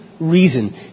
reason